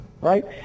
right